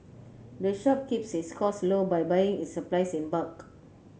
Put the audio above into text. the shop keeps its costs low by buying its supplies in bulk